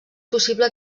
possible